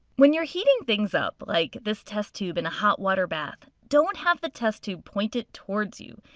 when you're heating things up, like this test tube in a hot water bath, don't have the test tube pointed towards you.